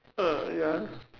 ah ya